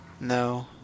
No